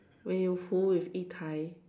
when you fool with Yi tai